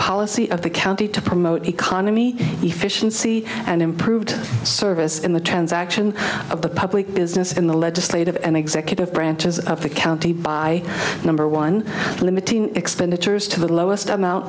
policy of the county to promote economy efficiency and improved service in the transaction of the public business in the legislative and executive branches of the county by number one limiting expenditures to the lowest amount